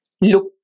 look